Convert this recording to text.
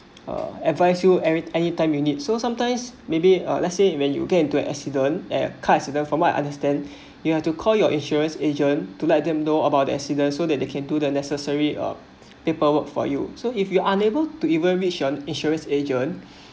uh advice you any anytime you need so sometimes maybe uh let's say you when you get into an accident eh car accident from what I understand you have to call your insurance agent to let them know about the accident so that they can do the necessary uh paperwork for you so if you are unable to even reach your insurance agent